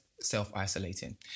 self-isolating